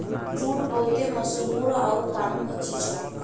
jute बहुते मसहूर आउर काम क चीज हौ